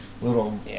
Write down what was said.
little